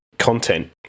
content